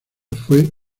fue